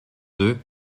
deux